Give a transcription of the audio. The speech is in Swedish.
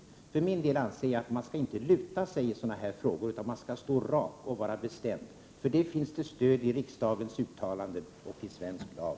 Jag för min del anser att man inte skall luta sig i sådana här frågor, utan man skall stå rak och vara bestämd. För detta finns det stöd i riksdagens uttalande och i svensk lag.